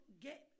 get